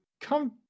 come